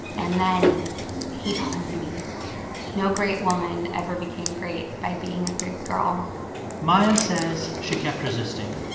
and then he told me no great woman ever became great by being a good girl maia says she kept resisting.